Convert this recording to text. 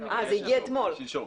זה הגיע שלשום.